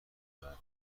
پیدا